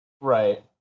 Right